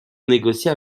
négocier